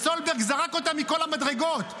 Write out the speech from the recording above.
סולברג זרק אותה מכל המדרגות.